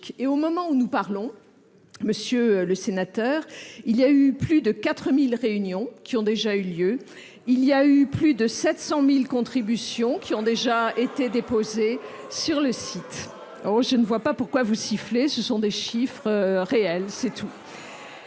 Au moment où nous parlons, monsieur le sénateur, plus de 4 000 réunions ont déjà eu lieu, plus de 700 000 contributions ont été déposées sur le site. Je ne comprends pas pourquoi vous sifflez, ce sont des chiffres réels, c'est tout